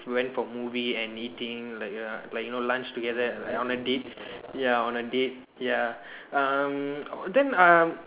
we went for movie and eating like ya like you know lunch together and like on a date ya on a date ya um then um